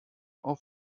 auf